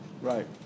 Right